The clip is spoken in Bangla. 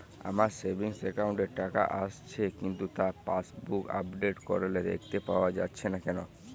আমার সেভিংস একাউন্ট এ টাকা আসছে কিন্তু তা পাসবুক আপডেট করলে দেখতে পাওয়া যাচ্ছে না কেন?